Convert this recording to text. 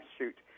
Shoot